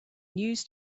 news